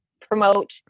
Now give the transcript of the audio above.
promote